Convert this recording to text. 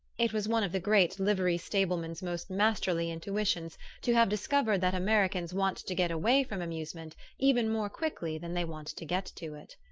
it was one of the great livery-stableman's most masterly intuitions to have discovered that americans want to get away from amusement even more quickly than they want to get to it.